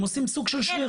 הם עושים סוג של שריר.